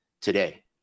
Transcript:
today